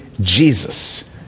Jesus